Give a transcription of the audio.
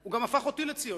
הוא הפך גם אותי לציוני,